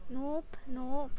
nope nope